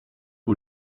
who